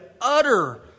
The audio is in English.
utter